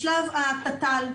בשלב התת"ל,